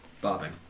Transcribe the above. Bobbing